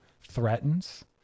threatens